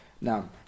Now